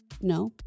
No